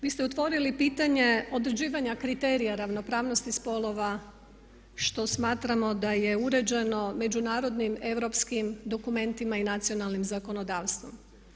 Vi ste otvorili pitanje određivanja kriterija ravnopravnosti spolova što smatramo da je uređeno međunarodnim europskim dokumentima i nacionalnim zakonodavstvom.